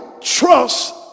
trust